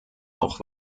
auch